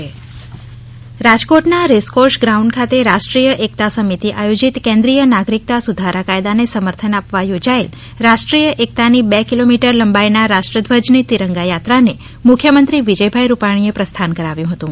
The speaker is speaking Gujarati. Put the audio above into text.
તિરંગા યાત્રા રાજકોટના રેસકોર્ષ ગ્રાઉન્ઠ ખાતે રાષ્ટ્રીય એકતા સમિતિ આયોજિત કેન્દ્રીય નાગરિકતા સુધારા કાયદાને સમર્થન આપવા યોજાયેલ રાષ્ટ્રીય એકતાની બે કિલોમીટર લંબાઈના રાષ્ટ્ર ધ્વજની તિરંગાયાત્રાને મુખ્યમંત્રી વિજયભાઈ રૂપાણીએ પ્રસ્થાન કરાવ્યૂ